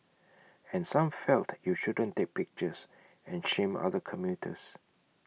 and some felt you shouldn't take pictures and shame other commuters